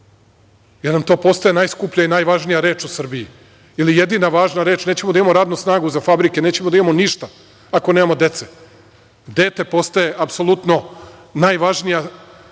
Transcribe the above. jer nam to postaje najskuplja i najvažnija reč u Srbiji ili jedina važna reč. Nećemo da imamo radnu snagu za fabrike, nećemo da imamo ništa ako nemamo dece. Dete postaje apsolutno najvažnija